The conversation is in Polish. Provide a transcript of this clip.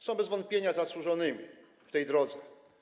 Są bez wątpienia zasłużonymi w tej drodze.